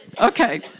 okay